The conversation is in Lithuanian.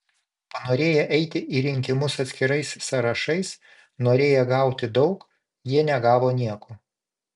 panorėję eiti į rinkimus atskirais sąrašais norėję gauti daug jie negavo nieko